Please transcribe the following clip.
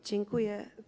Dziękuję.